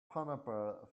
pineapple